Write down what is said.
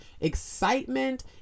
excitement